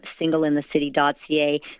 singleinthecity.ca